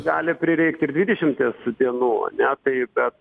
gali prireikt ir dvidešimties dienų ane tai bet